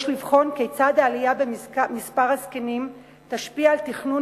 יש לבחון כיצד העלייה במספר הזקנים תשפיע על תכנון